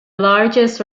largest